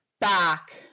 back